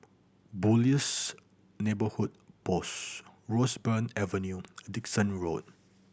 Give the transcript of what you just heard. Boon Lays Neighbourhood Post Roseburn Avenue Dickson Road